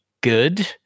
good